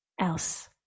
else